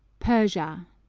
persia.